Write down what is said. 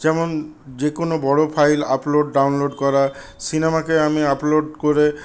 যেমন যেকোনও বড়ো ফাইল আপলোড ডাউনলোড করা সিনেমাকে আমি আপলোড করে